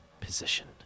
position